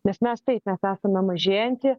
nes mes taip mes esame mažėjanti